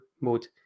mode